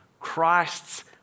Christ's